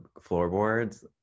floorboards